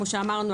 כמו שאמרנו,